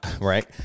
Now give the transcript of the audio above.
right